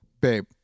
babe